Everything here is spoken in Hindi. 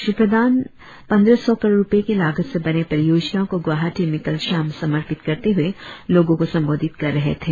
श्री प्रधान पंद्रह सौ करोड़ रुपए के लागत से बने परियोजनाओ को गुवाहाटी में कल शाम समर्पित करते हुए लोगो को संबोधित कर रहे थे